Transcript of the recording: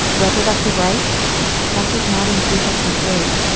reproductive rights that's just not intrusos material. and